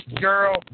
girl